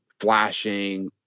flashing